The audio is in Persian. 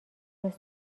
مهر